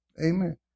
Amen